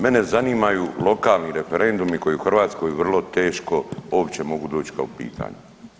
Mene zanimaju lokalni referendumi koji u Hrvatskoj vrlo teško uopće mogu doć kao pitanje.